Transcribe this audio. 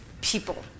people